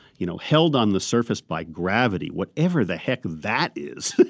you know held on the surface by gravity, whatever the heck that is,